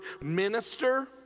minister